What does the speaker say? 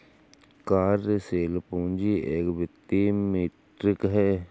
कार्यशील पूंजी एक वित्तीय मीट्रिक है